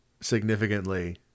significantly